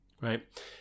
Right